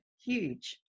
huge